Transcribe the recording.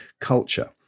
culture